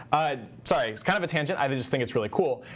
ah sorry, it's kind of a tangent, i just think it's really cool.